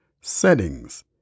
Settings